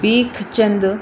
Bhikhchand